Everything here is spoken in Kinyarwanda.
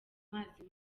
mazi